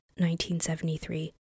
1973